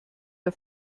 der